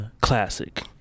classic